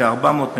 כ-400,